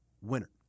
winner